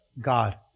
God